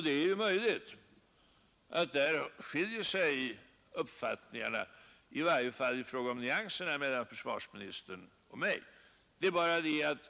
Det är möjligt att uppfattningar Måndagen den na där skiljer sig, åtminstone i fråga om nyanserna, mellan försvarsminis 29 maj 1972 tern och mig.